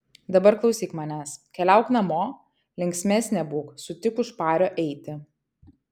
dabar klausyk manęs keliauk namo linksmesnė būk sutik už pario eiti